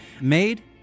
made